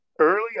early